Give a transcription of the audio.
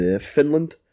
Finland